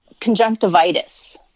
conjunctivitis